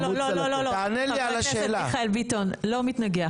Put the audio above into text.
חבר הכנסת מיכאל ביטון, לא מתנגח.